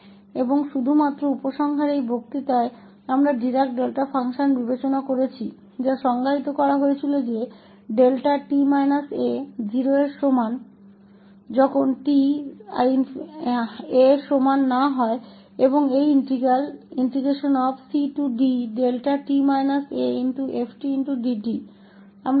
और केवल निष्कर्ष निकालने के लिए इसलिए इस व्याख्यान में हमने डिराक डेल्टा फ़ंक्शन पर विचार किया है जिसे परिभाषित किया गया था कि 𝛿𝑡 − 𝑎 0 के बराबर है जब भी t a के बराबर नहीं होता है और यह इंटीग्रल ccfdt हमेशा f𝑎 के बराबर होता है यदि यह a c और d के बीच स्थित है अन्यथा यह 0 है